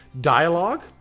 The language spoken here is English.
dialogue